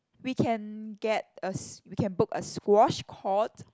we can get a s~ we can book a squash court